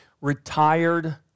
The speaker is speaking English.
retired